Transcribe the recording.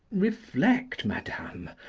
reflect, madam,